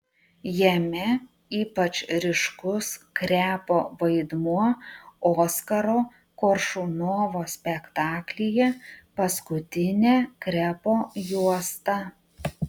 jame ypač ryškus krepo vaidmuo oskaro koršunovo spektaklyje paskutinė krepo juosta